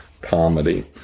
comedy